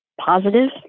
positive